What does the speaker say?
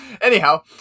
Anyhow